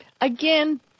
Again